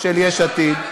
של יש עתיד,